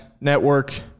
Network